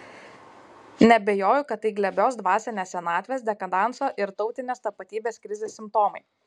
neabejoju kad tai glebios dvasinės senatvės dekadanso ir tautinės tapatybės krizės simptomai